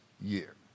year